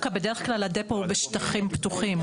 בדרך כלל הדפו הוא בשטחים פתוחים,